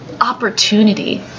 Opportunity